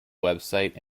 website